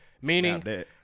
Meaning